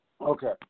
Okay